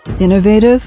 innovative